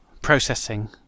processing